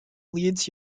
leeds